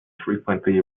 frequently